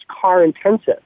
car-intensive